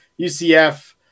UCF